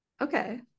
okay